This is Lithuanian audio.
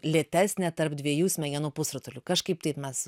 lėtesnę tarp dviejų smegenų pusrutulių kažkaip taip mes